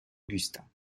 augustin